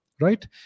right